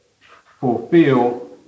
fulfill